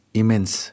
immense